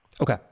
Okay